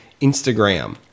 Instagram